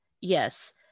Yes